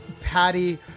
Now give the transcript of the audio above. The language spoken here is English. Patty